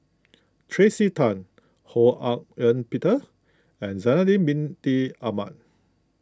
Tracey Tan Ho Hak Ean Peter and Zainal Abidin Ahmad